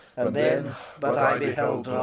and then but i beheld